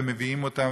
ומביאים אותם,